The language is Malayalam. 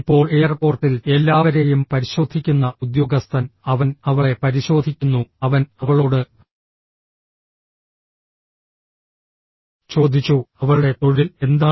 ഇപ്പോൾ എയർപോർട്ടിൽ എല്ലാവരെയും പരിശോധിക്കുന്ന ഉദ്യോഗസ്ഥൻ അവൻ അവളെ പരിശോധിക്കുന്നു അവൻ അവളോട് ചോദിച്ചു അവളുടെ തൊഴിൽ എന്താണ്